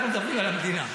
אנחנו מדברים על המדינה.